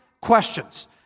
questions